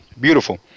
beautiful